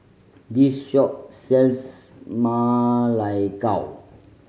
this shop sells Ma Lai Gao